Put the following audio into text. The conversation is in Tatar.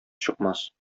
чыкмас